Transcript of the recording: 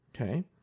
Okay